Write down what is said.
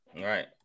right